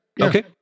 Okay